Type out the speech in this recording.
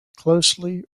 closely